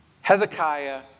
Hezekiah